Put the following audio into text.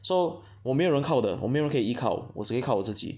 so 我没有人靠的我没人可以依靠我只可以靠我自己